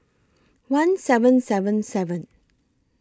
one seven seven seven